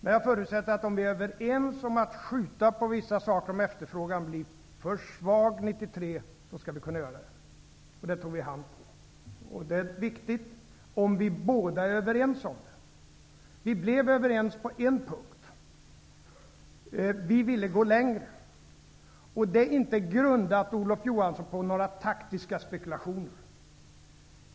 Men jag förutsätter att om vi är överens om att skjuta på vissa saker, om efterfrågan blir för svag 1993, skall vi kunna göra det -- och detta tog vi i hand på. Det är viktigt om vi båda är överens om detta. Vi blev överens på en punkt. Vi ville gå längre. Det är inte, Olof Johansson, grundat på taktiska spekulationer.